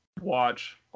watch